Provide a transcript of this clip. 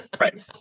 Right